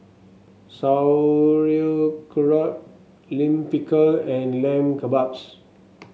Sauerkraut Lime Pickle and Lamb Kebabs